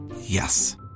Yes